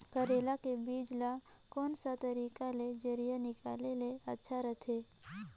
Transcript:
करेला के बीजा ला कोन सा तरीका ले जरिया निकाले ले अच्छा रथे?